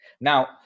Now